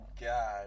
God